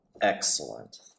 Excellent